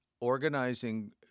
Organizing